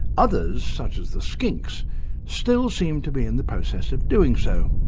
others such as the skinks still seem to be in the process of doing so.